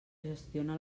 gestiona